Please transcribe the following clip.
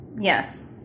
yes